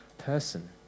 person